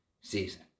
season